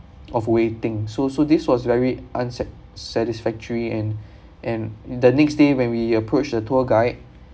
of waiting so so this was very unsat~ satisfactory and and in the next day when we approached the tour guide